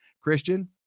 Christian